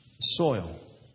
soil